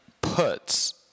puts